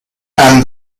and